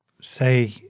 say